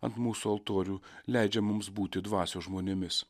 ant mūsų altorių leidžia mums būti dvasios žmonėmis